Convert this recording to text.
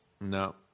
No